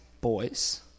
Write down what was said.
boys